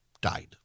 died